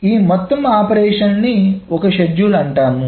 ఈ మొత్తం ఆపరేషన్లను ఒక షెడ్యూల్ అంటాము